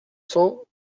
cents